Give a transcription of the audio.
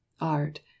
art